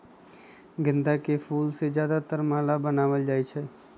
गेंदा के फूल से ज्यादातर माला बनाएल जाई छई